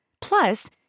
Plus